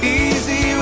easy